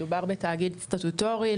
מדובר בתאגיד סטטוטורי,